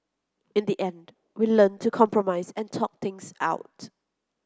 in the end we learnt to compromise and talk things out